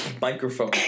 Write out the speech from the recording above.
microphone